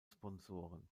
sponsoren